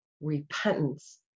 repentance